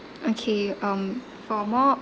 okay um for more